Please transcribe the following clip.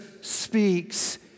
speaks